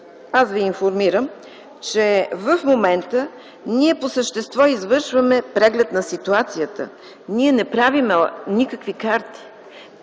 аз Ви информирам, че в момента ние по същество извършваме преглед на ситуацията. Ние не правим никакви карти.